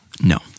No